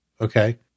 Okay